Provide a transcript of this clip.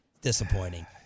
Disappointing